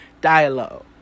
Dialogue